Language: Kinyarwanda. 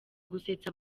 gusetsa